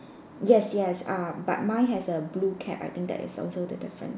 yes yes uh but mine has a blue cat I think that is also the difference